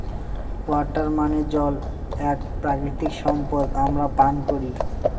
water মানে জল এক প্রাকৃতিক সম্পদ আমরা পান করি